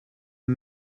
and